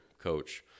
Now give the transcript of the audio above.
coach